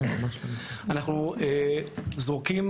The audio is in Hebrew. אנחנו זורקים,